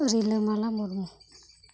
ᱨᱤᱞᱟᱹᱢᱟᱞᱟ ᱢᱩᱨᱢᱩ